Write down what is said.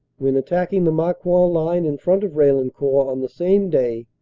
when attacking the marcoing line in front of raillencourt on the same day,